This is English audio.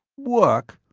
work?